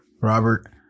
Robert